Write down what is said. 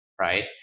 Right